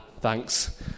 thanks